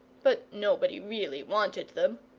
but nobody really wanted them.